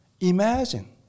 Imagine